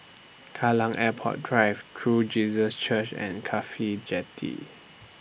Kallang Airport Drive True Jesus Church and Cafhi Jetty